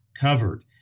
covered